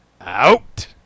Out